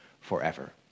forever